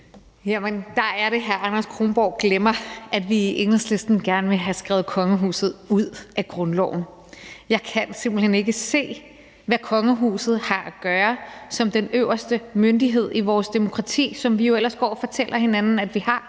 der er det, hr. Anders Kronborg glemmer, at vi i Enhedslisten gerne vil have skrevet kongehuset ud af grundloven. Jeg kan simpelt hen ikke se, hvad kongehuset har at gøre som den øverste myndighed i vores demokrati, som vi jo ellers går og fortæller hinanden at vi har,